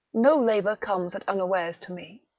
no labour comes at unawares to me,